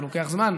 זה לוקח זמן.